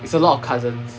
it's a lot of cousins